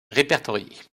répertoriés